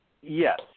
Yes